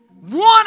One